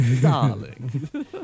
Darling